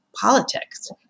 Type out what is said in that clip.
politics